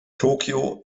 tokio